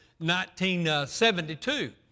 1972